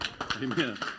Amen